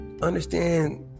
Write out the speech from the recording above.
understand